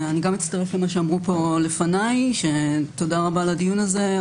גם אצטרף למה שאמרו פה לפניי תודה רבה על הדיון הזה.